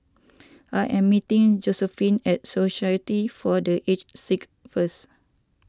I am meeting Josephine at Society for the Aged Sick first